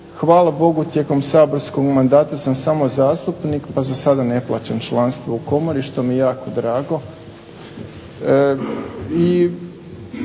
hvala Bogu tijekom saborskog mandata sam samo zastupnik, pa za sada ne plaćam članstvo u Komori što mi je jako drago.